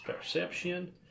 perception